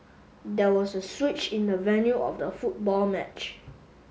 there was a switch in the venue of the football match